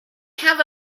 have